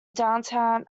downtown